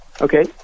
Okay